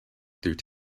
through